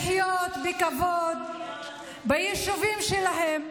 לחיות בכבוד ביישובים שלהם,